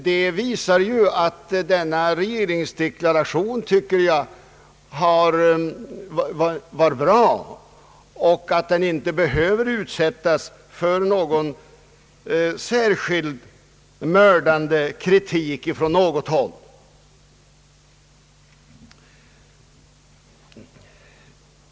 Detta visar, tycker jag, att regeringsdeklarationen var bra och att den inte behöver utsättas för särskilt mördande kritik från något håll.